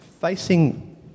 facing